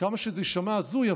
וכמה שזה יישמע הזוי,